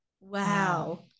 Wow